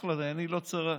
אחלה, עיני לא צרה.